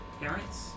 parents